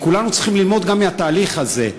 כי כולנו צריכים ללמוד גם מהתהליך הזה,